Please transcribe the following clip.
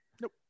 Nope